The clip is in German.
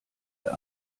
der